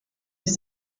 sich